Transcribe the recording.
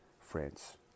France